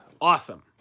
Awesome